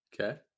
Okay